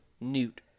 newt